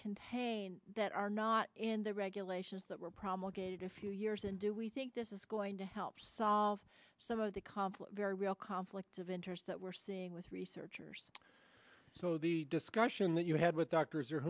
contain that are not in the regulations that were promulgated a few years and do we think this is going to help solve some of the conflict very real conflicts of interest that we're seeing with researchers so the discussion that you had with doctors